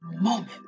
moment